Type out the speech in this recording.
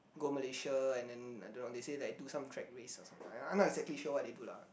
go Malaysia and then I don't know they say like do some track race or something I'm not exactly sure what they do lah